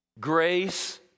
Grace